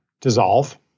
dissolve